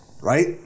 right